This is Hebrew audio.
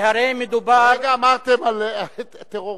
כי הרי מדובר, כרגע אמרתם טרוריסט,